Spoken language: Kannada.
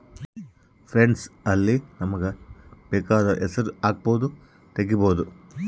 ಫಂಡ್ಸ್ ಅಲ್ಲಿ ನಮಗ ಬೆಕಾದೊರ್ ಹೆಸರು ಹಕ್ಬೊದು ತೆಗಿಬೊದು